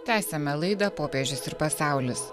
tęsiame laidą popiežius ir pasaulis